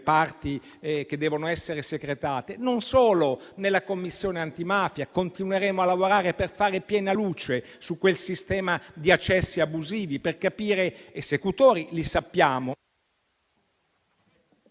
parti che devono essere secretate, né nella Commissione antimafia, dove continueremo a lavorare per fare piena luce su quel sistema di accessi abusivi; questo perché gli esecutori li conosciamo,